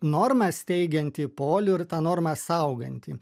normas teigiantį polių ir tą normą saugantį